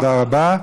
תודה רבה.